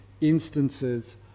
instances